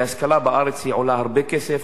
כי השכלה בארץ עולה הרבה כסף,